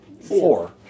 four